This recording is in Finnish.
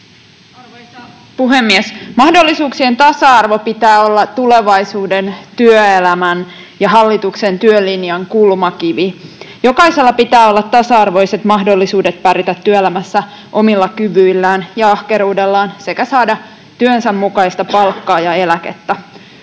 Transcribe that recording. Arvoisa puhemies! Mahdollisuuksien tasa-arvon pitää olla tulevaisuuden työelämän ja hallituksen työlinjan kulmakivi. Jokaisella pitää olla tasa-arvoiset mahdollisuudet pärjätä työelämässä omilla kyvyillään ja ahkeruudellaan sekä saada työnsä mukaista palkkaa ja eläkettä.